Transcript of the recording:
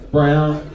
Brown